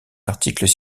d’articles